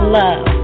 love